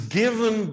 given